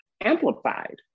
amplified